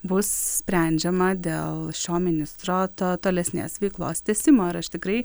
bus sprendžiama dėl šio ministro to tolesnės veiklos tęsimo ir aš tikrai